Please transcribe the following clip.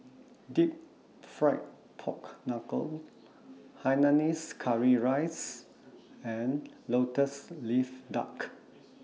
Deep Fried Pork Knuckle Hainanese Curry Rice and Lotus Leaf Duck